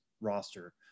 roster